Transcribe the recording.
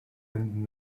and